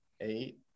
eight